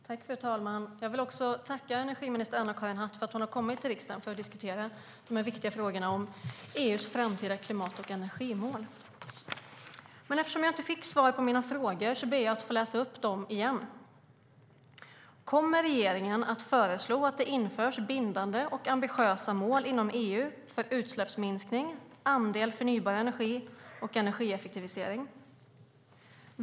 Fru talman! Jag vill tacka energiminister Anna-Karin Hatt för att hon har kommit till riksdagen för att diskutera de viktiga frågorna om EU:s framtida klimat och energimål. Men eftersom jag inte fick svar på mina frågor ber jag att få läsa upp dem igen. Kommer regeringen att föreslå att det införs bindande och ambitiösa mål inom EU för utsläppsminskning, andel förnybar energi och energieffektivisering?